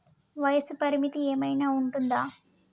వయస్సు పరిమితి ఏమైనా ఉంటుందా?